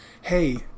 hey